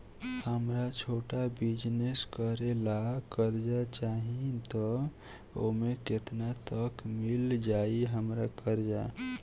हमरा छोटा बिजनेस करे ला कर्जा चाहि त ओमे केतना तक मिल जायी हमरा कर्जा?